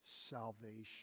salvation